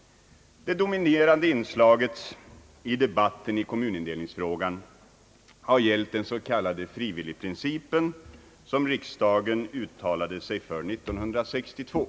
Det dominerande inslaget i debatten om kommunindelningsfrågan har gällt den s.k. frivillighetsprincipen, som riksdagen uttalade sig för 1962.